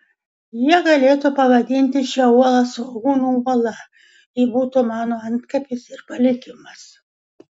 jie galėtų pavadinti šią uolą svogūnų uola ji būtų mano antkapis ir palikimas